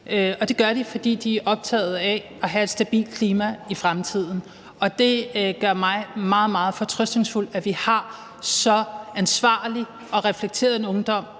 og det gør de, fordi de er optaget af at have et stabilt klima i fremtiden. Og det gør mig meget, meget fortrøstningsfuld, at vi har så ansvarlig og reflekteret en ungdom,